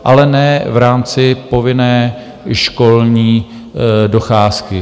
Ale ne v rámci povinné školní docházky.